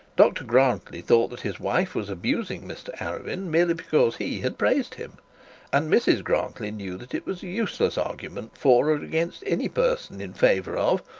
dr grantly thought that his wife was abusing mr arabin merely because he had praised him and mrs grantly knew that it was useless arguing for or against any person in favour of,